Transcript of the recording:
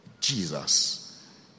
Jesus